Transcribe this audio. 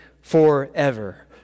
forever